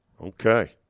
Okay